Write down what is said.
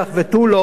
ותו לא.